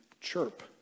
chirp